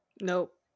Nope